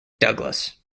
douglas